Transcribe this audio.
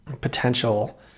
potential